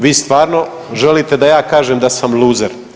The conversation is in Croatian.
Vi stvarno želite da ja kažem da sam luzer.